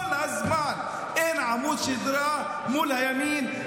כל הזמן אין עמוד שדרה מול הימין,